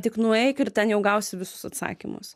tik nueik ir ten jau gausi visus atsakymus